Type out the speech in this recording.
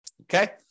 Okay